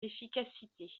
d’efficacité